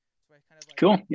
cool